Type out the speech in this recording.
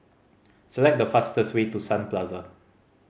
select the fastest way to Sun Plaza